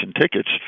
tickets